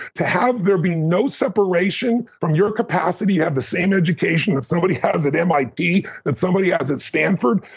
to have there be no separation from your capacity have the same education that somebody has at mit, that somebody has at stanford,